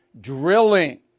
drilling